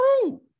true